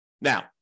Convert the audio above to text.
Now